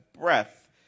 breath